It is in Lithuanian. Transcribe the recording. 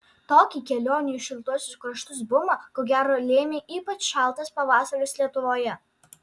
tokį kelionių į šiltuosius kraštus bumą ko gero lėmė ypač šaltas pavasaris lietuvoje